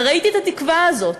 וראיתי את התקווה הזאת.